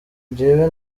jewe